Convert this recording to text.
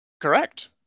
Correct